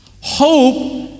hope